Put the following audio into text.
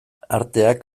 arteak